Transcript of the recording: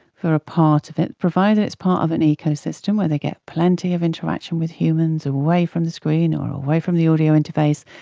for a part of it, provided it is part of an ecosystem where they get plenty of interaction with humans away from the screen or away from the audio interface,